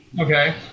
Okay